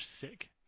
sick